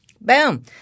Boom